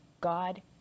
god